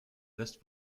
rest